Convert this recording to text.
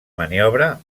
maniobra